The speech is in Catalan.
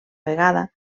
vegada